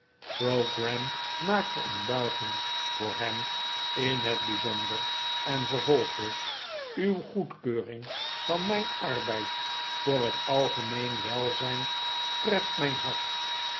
pogram maakte een buiging voor hem in het bijzonder en vervolgde uw goedkeuring van mijn arbeid voor het algemeen welzijn treft mijn hart